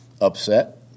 upset